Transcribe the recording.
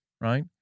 Right